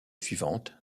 suivante